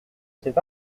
cet